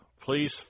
Please